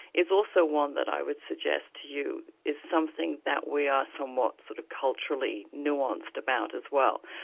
is also one that i would suggest to you is something that we are somewhat sort of culturally nuanced about as well.